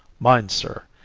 mind, sir!